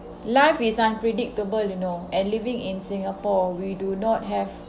life is unpredictable you know and living in singapore we do not have